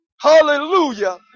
hallelujah